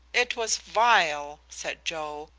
it was vile, said joe,